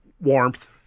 warmth